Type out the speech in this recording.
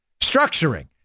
structuring